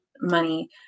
Money